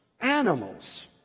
animals